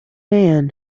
man